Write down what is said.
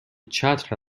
چتر